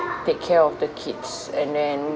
take care of the kids and then